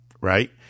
Right